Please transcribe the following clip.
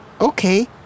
Okay